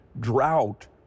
drought